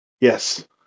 Yes